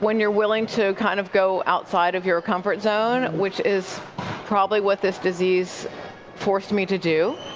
when you're willing to kind of go outside of your comfort zone, which is probably what this disease forced me to do,